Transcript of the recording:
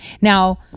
Now